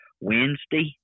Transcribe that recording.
Wednesday